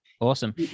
Awesome